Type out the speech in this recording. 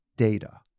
data